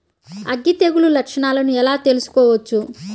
అగ్గి తెగులు లక్షణాలను ఎలా తెలుసుకోవచ్చు?